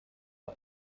für